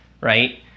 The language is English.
right